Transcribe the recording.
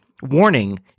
Warning